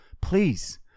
please